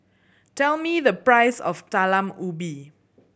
tell me the price of Talam Ubi